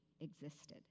existed